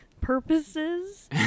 purposes